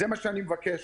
זה מה שאני מבקש.